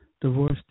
Divorce